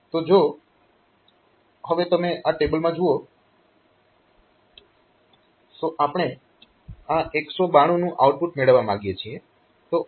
તો જો હવે તમે આ ટેબલમાં જુઓ તો આપણે આ 192 નું આઉટપુટ મેળવવા માંગીએ છીએ